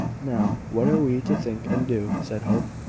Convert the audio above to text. now, what are we to think and do? said hope.